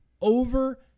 Over